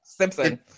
Simpson